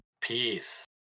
Peace